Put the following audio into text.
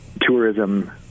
tourism